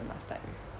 last time